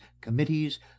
committees